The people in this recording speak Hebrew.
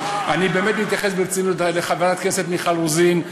אני באמת מתייחס ברצינות לחברת הכנסת מיכל רוזין,